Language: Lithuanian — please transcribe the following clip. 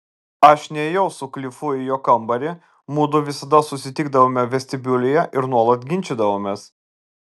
aš nėjau su klifu į jo kambarį mudu visada susitikdavome vestibiulyje ir nuolat ginčydavomės